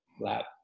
lab